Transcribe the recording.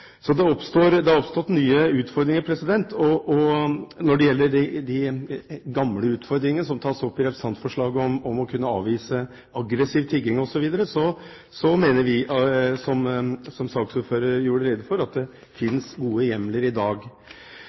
Så det har oppstått nye utfordringer. Når det gjelder de gamle utfordringene som tas opp i representantforslaget, om å kunne avvise aggressiv tigging osv., mener vi, som saksordføreren gjorde rede for, at det fins gode hjemler i dag.